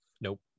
Nope